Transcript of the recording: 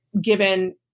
given